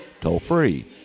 toll-free